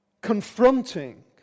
confronting